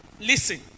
Listen